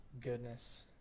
Goodness